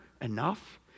enough